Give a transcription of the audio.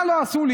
מה לא עשו לי?